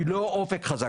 היא לא אופק חזק.